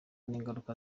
n’ingaruka